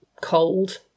cold